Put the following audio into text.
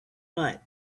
but